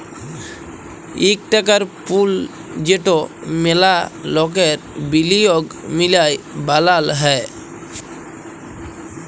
ইক টাকার পুল যেট ম্যালা লকের বিলিয়গ মিলায় বালাল হ্যয়